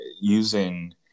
using